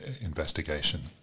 investigation